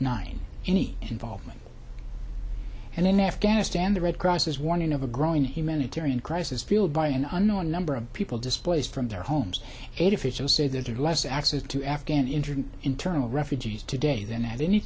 nine any involvement and in afghanistan the red cross is warning of a growing humanitarian crisis field by an unknown number of people displaced from their homes aid officials say that they're less access to afghan injured internal refugees today than at any